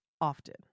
often